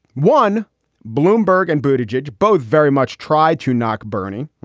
one bloomberg and bhuta jej both very much tried to knock bernie.